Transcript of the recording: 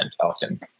often